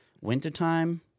Wintertime